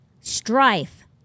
strife